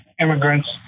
immigrants